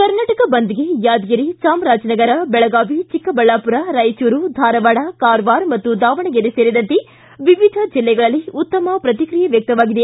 ಕರ್ನಾಟಕ ಬಂದ್ಗೆ ಯಾದಗಿರಿ ಚಾಮರಾಜನಗರ ಬೆಳಗಾವಿ ಚಿಕ್ಕಬಳ್ಳಾಪುರ ರಾಯಚೂರು ಧಾರವಾಡ ಕಾರವಾರ ಮತ್ತು ದಾವಣಗೆರೆ ಸೇರಿದಂತೆ ವಿವಿಧ ಜಿಲ್ಲೆಗಳಲ್ಲಿ ಉತ್ತಮ ಪ್ರಕ್ರಿಕ್ರಿಯೆ ವ್ಯಕ್ತವಾಗಿದೆ